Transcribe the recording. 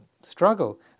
struggle